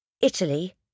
Italy